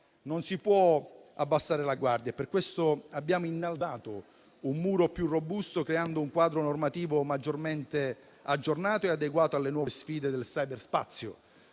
Non si può abbassare la guardia e per questo abbiamo innalzato un muro più robusto, creando un quadro normativo maggiormente aggiornato e adeguato alle nuove sfide del cyberspazio,